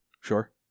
Sure